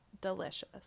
delicious